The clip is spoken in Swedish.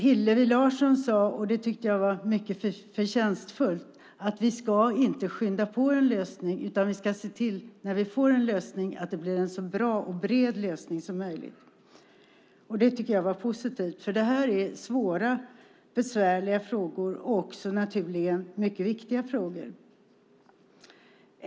Hillevi Larsson sade, och det tyckte jag var mycket förtjänstfullt, att vi inte ska skynda på en lösning utan vi ska se till att det blir en så bra och bred lösning som möjligt. Det tycker jag var positivt, för det här är svåra och besvärliga frågor och också, naturligen, mycket viktiga frågor.